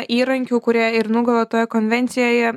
įrankių kurie ir nugula toje konvencijoje